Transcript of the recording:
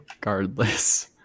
Regardless